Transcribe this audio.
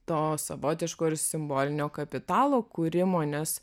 to savotiško ir simbolinio kapitalo kūrimo nes